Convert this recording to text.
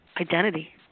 identity